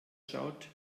schaut